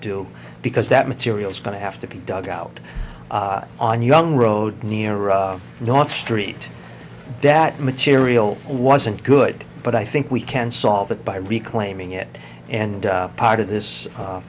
do because that material is going to have to be dug out on young road near north street that material wasn't good but i think we can solve it by reclaiming it and part of this